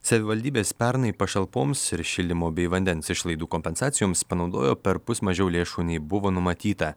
savivaldybės pernai pašalpoms ir šildymo bei vandens išlaidų kompensacijoms panaudojo perpus mažiau lėšų nei buvo numatyta